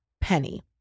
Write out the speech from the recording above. penny